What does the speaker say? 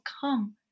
come